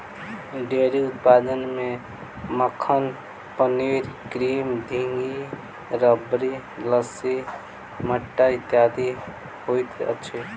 dairy उत्पाद मे मक्खन, पनीर, क्रीम, घी, राबड़ी, लस्सी, मट्ठा इत्यादि होइत अछि